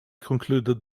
concluded